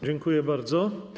Dziękuję bardzo.